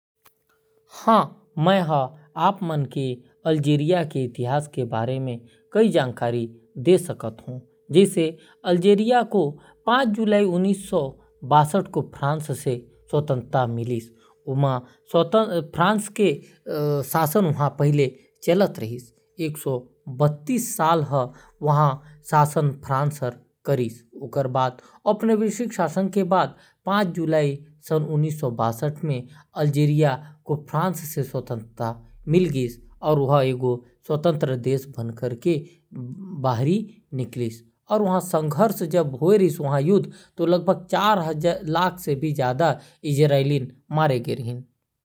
अल्जीरिया ल पहिली सल्तनत नोमीडिया केहे जाथे। अल्जीरिया अफ्रीका के मघरेब क्षेत्र म स्थित हावय। अल्जीरिया के राजधानी अल्जीयर्स हावय। अल्जीरिया म रोमन साम्राज्य के शासन रिहिस। सातवीं शताब्दी म अल्जीरिया म मुसलमान मनके शासन रिहिस। मध्य युग म कई विद्वान अउ पंडित अल्जीरिया म रहथे।